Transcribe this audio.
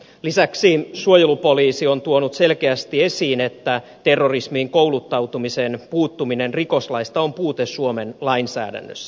lisäksi suojelupoliisi on tuonut selkeästi esiin että terrorismiin kouluttautumisen puuttuminen rikoslaista on puute suomen lainsäädännössä